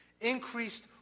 Increased